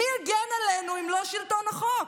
מי יגן עלינו אם לא שלטון החוק?